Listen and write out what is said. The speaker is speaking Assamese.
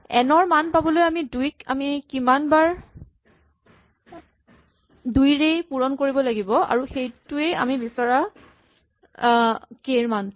এন ৰ মান পাবলৈ আমি দুইক কিমানবাৰ দুইৰেই পুৰণ কৰিব লাগিব আৰু সেইটোৱেই আমি বিচৰা কে ৰ মানটো